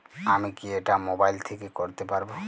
আমি কি এটা মোবাইল থেকে করতে পারবো?